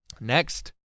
Next